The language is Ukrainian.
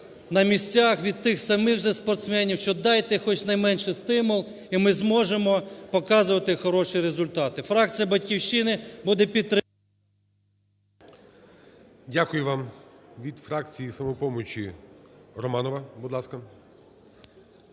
на місцях від тих самих же спортсменів, що "дайте хоч найменший стимул - і ми зможемо показувати хороші результати". Фракція "Батьківщини" буде підтримувати. ГОЛОВУЮЧИЙ. Дякую вам. Від фракції "Самопомочі" Романова,